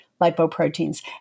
lipoproteins